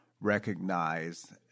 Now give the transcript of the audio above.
recognize